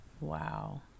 Wow